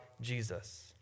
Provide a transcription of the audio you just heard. Jesus